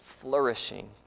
flourishing